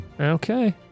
Okay